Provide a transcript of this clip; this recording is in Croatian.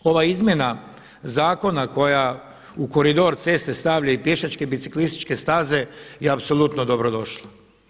Ova izmjena zakona koja u koridor ceste stavlja i pješačke i biciklističke staze je apsolutno dobro došla.